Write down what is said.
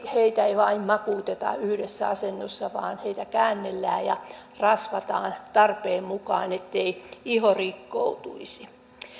heitä ei vain makuuteta yhdessä asennossa vaan heitä käännellään ja rasvataan tarpeen mukaan ettei iho rikkoutuisi